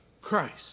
Christ